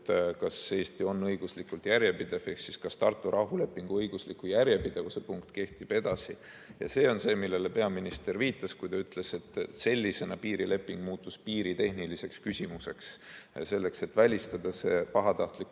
kas Eesti on õiguslikult järjepidev ehk kas Tartu rahulepingu õigusliku järjepidevuse punkt kehtib edasi. See on see, millele peaminister viitas, kui ta ütles, et sellisena muutus piirileping piiritehniliseks küsimuseks, selleks et välistada pahatahtlik